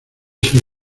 ser